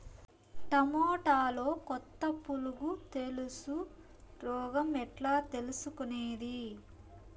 టమోటాలో కొత్త పులుగు తెలుసు రోగం ఎట్లా తెలుసుకునేది?